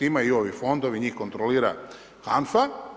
Imaju i ovi fondovi, njih kontrolira HANFA.